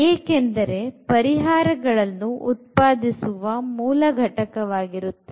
ಏಕೆಂದರೆ ಪರಿಹಾರಗಳನ್ನು ಉತ್ಪಾದಿಸುವ ಮೂಲ ಘಟಕ ಆಗಿರುತ್ತದೆ